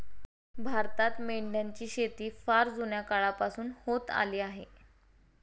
भारतात मेंढ्यांची शेती फार जुन्या काळापासून होत आली आहे